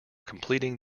completing